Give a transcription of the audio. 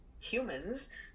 humans